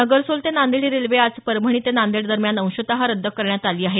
नगरसोल ते नांदेड ही रेल्वे आज परभणी ते नांदेड दरम्यान अंशतः रद्द करण्यात आली आहे